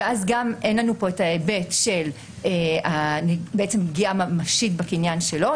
ואז אין לנו כאן את ההיבט של פגיעה ממשית בקניין שלו.